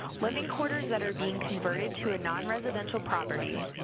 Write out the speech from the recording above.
living quarters that are being converted to a nonresidential property,